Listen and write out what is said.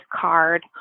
card